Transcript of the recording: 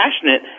passionate